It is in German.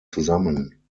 zusammen